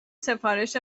سفارش